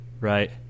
right